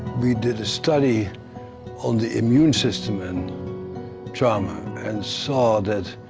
we did a study on the immune system and trauma and saw that,